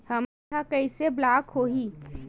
हमर ह कइसे ब्लॉक होही?